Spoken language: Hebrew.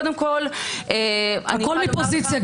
הכול מפוזיציה.